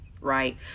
Right